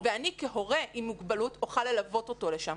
ואני כהורה עם מוגבלות אוכל ללוות אותו לשם.